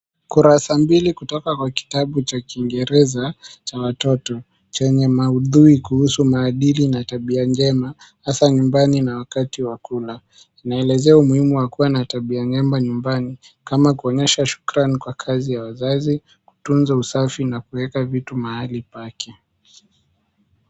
Kurasa mbili kutoka kwa kitabu cha kingereza cha watoto chenye mahudhui kuhusu maadili na tabia njema hasa nyumbani na wakati wa kula . Inaelezea umuhimu wa kuwa na tabia njema nyumbani kama kuonyesha shukrani kwa kazi ya wazazi kutunza usafi na kuweka vitu mahali pake.